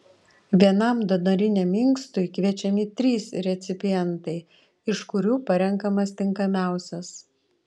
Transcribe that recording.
vienam donoriniam inkstui kviečiami trys recipientai iš kurių parenkamas tinkamiausias